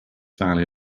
valley